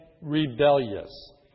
rebellious